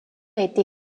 été